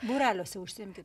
būreliuose užsiimkit